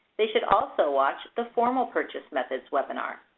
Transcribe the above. they should also watch the formal purchase methods webinar.